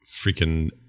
freaking